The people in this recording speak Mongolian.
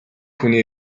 хүний